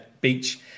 beach